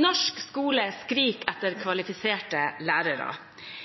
Norsk skole skriker etter kvalifiserte lærere.